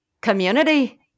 Community